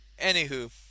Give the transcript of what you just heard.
anywho